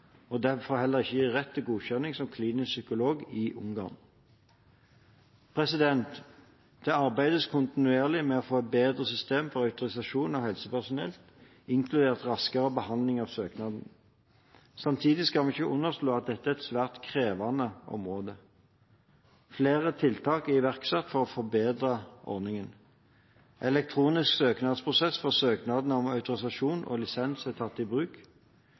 og derfor heller ikke gir rett til godkjenning som klinisk psykolog i Ungarn. Det arbeides kontinuerlig med å få et bedre system for autorisasjon av helsepersonell, inkludert raskere behandling av søknadene. Samtidig skal vi ikke underslå at dette er et svært krevende område. Flere tiltak er iverksatt for å forbedre ordningen. Elektronisk søknadsprosess for søknader om autorisasjon og lisens er tatt i bruk.